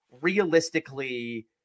realistically